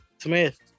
Smith